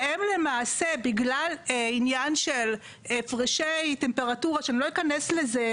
והם למעשה בגלל עניין של הפרשי טמפרטורה שאני לא אכנס לזה,